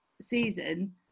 season